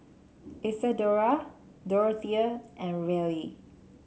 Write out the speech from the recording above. Isadora Dorothea and Reilly